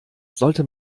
sollte